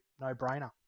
no-brainer